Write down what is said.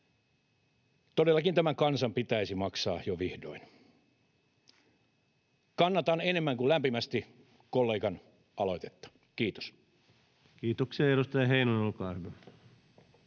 todellakin tämän kansan pitäisi maksaa jo vihdoin. Kannatan enemmän kuin lämpimästi kollegan aloitetta. — Kiitos. [Speech